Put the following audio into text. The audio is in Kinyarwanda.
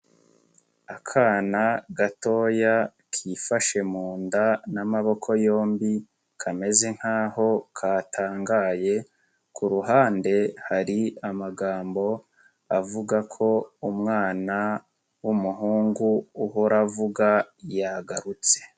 Akana gatoya kifashe mu nda n'amaboko yombi, kameze nk'aho katangaye, ku ruhande hari amagambo, avuga ko umwana w'umuhungu uhora avuga yagarutse.